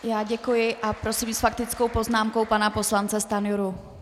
Já děkuji a prosím s faktickou poznámkou pana poslance Stanjuru.